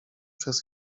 przez